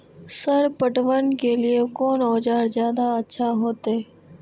Sir पटवन के लीऐ कोन औजार ज्यादा अच्छा होते?